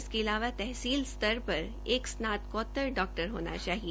इसके अलावा तहसील स्तर पर एक स्नातकोत्तर डॉक्टर होना चाहिए